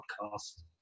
podcast